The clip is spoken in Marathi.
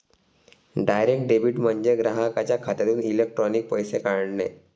डायरेक्ट डेबिट म्हणजे ग्राहकाच्या खात्यातून इलेक्ट्रॉनिक पैसे काढणे